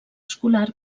escolar